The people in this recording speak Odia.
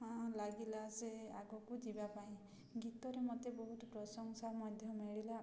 ଲାଗିଲା ସେ ଆଗକୁ ଯିବା ପାଇଁ ଗୀତରେ ମୋତେ ବହୁତ ପ୍ରଶଂସା ମଧ୍ୟ ମିଳିଲା